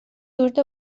ورود